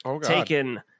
taken